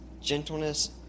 gentleness